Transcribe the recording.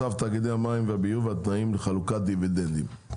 מצב תאגידי המים והביוב והתנאים לחלוקת דיבידנדים.